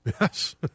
Yes